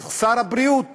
אבל שר הבריאות